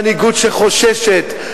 מנהיגות שחוששת,